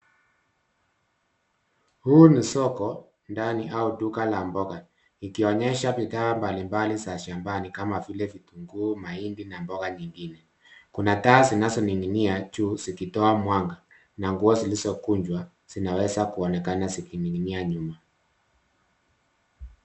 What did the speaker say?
Huu ni soko ndani au duka la mboga likionyesha, bidhaa mbali mbali za shambani kama vile vitunguu mahindi na mboga nyingine .Kuna taa zinazoninginia juu zikitoa mwanga, na nguo zilizokunjwa zinaweza kuonekana zikininginia nyuma .